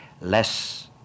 less